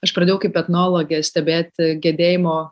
aš pradėjau kaip etnologė stebėti gedėjimo